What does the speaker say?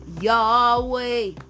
Yahweh